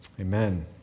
Amen